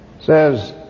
says